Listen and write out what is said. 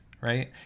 right